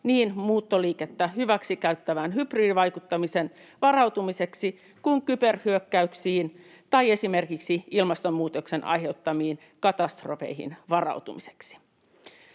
niin muuttoliikettä hyväksikäyttävään hybridivaikuttamiseen varautumiseksi kuin kyberhyökkäyksiin tai esimerkiksi ilmastonmuutoksen aiheuttamiin katastrofeihin varautumiseksi.